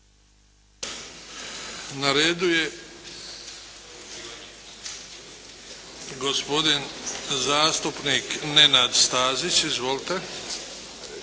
Na redu je gospodin zastupnik Niko Rebić. Izvolite.